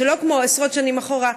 שלא כמו עשרות שנים אחורה,